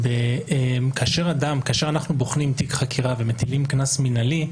כאשר אנחנו בוחנים תיק חקירה ומטילים קנס מינהלי,